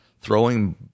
throwing